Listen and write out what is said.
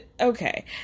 okay